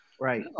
right